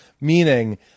Meaning